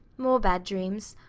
more bad dreams.